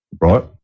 right